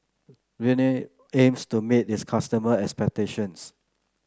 Rene aims to meet its customer expectations